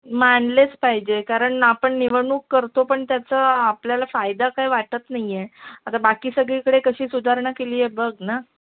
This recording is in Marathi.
मानलेच पाहिजे कारण आपण निवडणूक करतो पण त्याचं आपल्याला फायदा काय वाटत नाही आहे आता बाकी सगळीकडे कशी सुधारणा केली आहे बघ ना